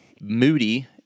Moody